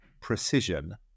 precision